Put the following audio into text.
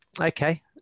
okay